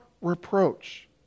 reproach